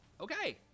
okay